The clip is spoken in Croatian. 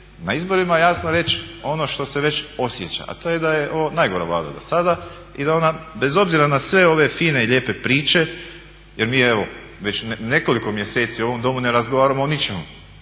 na izborima jasno reći ono što se već osjeća, a to je da je ovo najgora Vlada do sada i da ona bez obzira na sve ove fine i lijepe priče, jer mi evo već nekoliko mjeseci u ovom Domu ne razgovaramo o ničemu